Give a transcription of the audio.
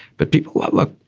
but people look,